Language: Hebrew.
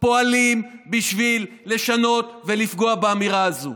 פועלים בשביל לשנות ולפגוע באמירה הזו.